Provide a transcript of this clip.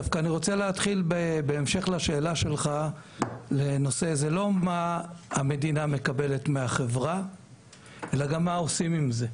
אתחיל באמירה שהשאלה היא לא מה המדינה מקבלת מהחברה אלא מה עושים עם זה.